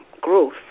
growth